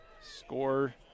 Score